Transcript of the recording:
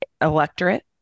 electorate